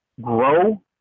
grow